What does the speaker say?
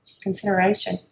consideration